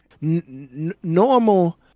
Normal